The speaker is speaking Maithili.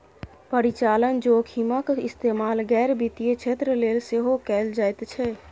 परिचालन जोखिमक इस्तेमाल गैर वित्तीय क्षेत्र लेल सेहो कैल जाइत छै